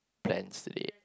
plans today